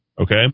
Okay